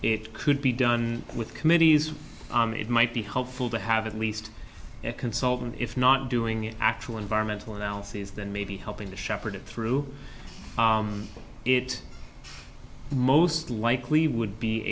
it could be done with committees it might be helpful to have at least a consultant if not doing it actual environmental analyses then maybe helping to shepherd it through it most likely would be